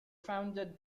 founded